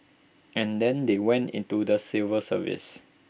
and then they went into the civil service